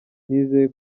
nizeye